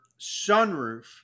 sunroof